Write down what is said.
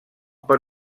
per